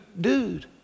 dude